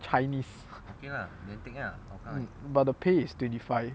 chinese but the pay is twenty five